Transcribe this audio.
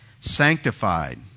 sanctified